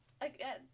again